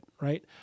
right